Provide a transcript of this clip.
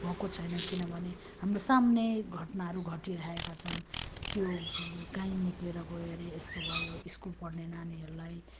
भएको छैन किन भने हाम्रो साम्ने घटनाहरू घटिरहेका छन् त्यो काहीँ निस्केर गयो अरे यस्तो भयो स्कुल पढ्ने नानीहरूलाई